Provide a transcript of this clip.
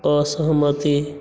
असहमति